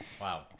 Wow